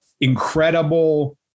incredible